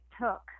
took